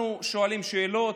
אנחנו שואלים שאלות: